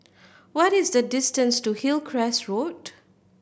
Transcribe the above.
what is the distance to Hillcrest Road